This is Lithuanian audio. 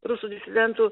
rusų disidentų